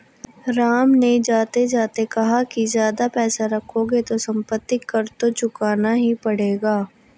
राम ने जाते जाते कहा कि ज्यादा पैसे रखोगे तो सम्पत्ति कर तो चुकाना ही पड़ेगा